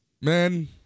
Man